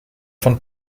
von